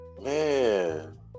man